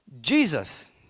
Jesus